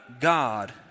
God